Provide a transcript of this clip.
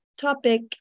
topic